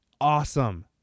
awesome